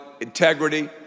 integrity